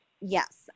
Yes